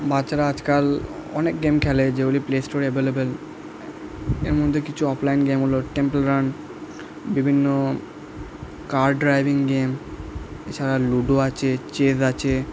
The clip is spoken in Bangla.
বাচ্ছারা আজকাল অনেক গেম খেলে যেগুলি প্লেস্টোরে অ্যাভেলেবেল এর মধ্যে কিছু অফলাইন গেম হল টেম্পেল রান বিভিন্ন কার ড্রাইভিং গেম এছাড়া লুডো আছে চেস আছে